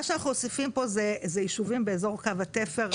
מה שאנחנו מוסיפים פה זה יישובים באזור קו התפר,